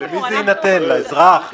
למי זה יינתן, לאזרח?